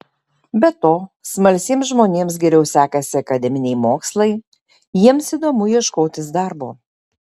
be to smalsiems žmonėms geriau sekasi akademiniai mokslai jiems įdomu ieškotis darbo